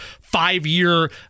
five-year